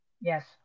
yes